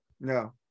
No